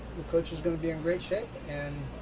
your coach is going to be in great shape. and